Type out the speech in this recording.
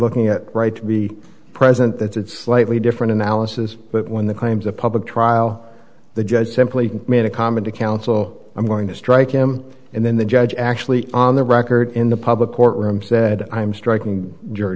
looking at right to be president that's it slightly different analysis but when the claims of public trial the judge simply made a comment to counsel i'm going to strike him and then the judge actually on the record in the public courtroom said i'm striking